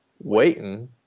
waiting